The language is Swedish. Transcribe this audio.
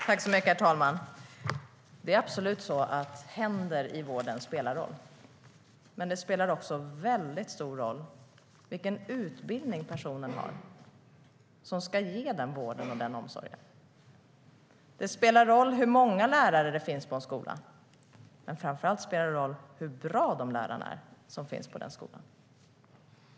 Herr talman! Det är absolut så att händer i vården spelar en roll. Men det spelar också en väldigt stor roll vilken utbildning personen har som ska ge den vården och den omsorgen. Det spelar en roll hur många lärare som finns på en skola. Men framför allt spelar det en roll hur bra de lärarna är som finns på den skolan.